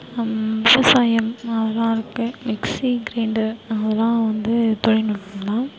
அம் விவசாயம் அதுலாம் இருக்கு மிக்சி கிரைண்டர் அதுலாம் வந்து தொழில்நுட்பம் தான்